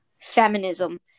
feminism